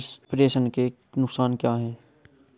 प्रेषण के नुकसान क्या हैं?